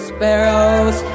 Sparrows